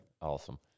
awesome